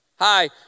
Hi